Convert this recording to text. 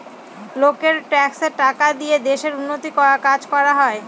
লোকের ট্যাক্সের টাকা দিয়ে দেশের উন্নতির কাজ করা হয়